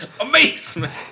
Amazement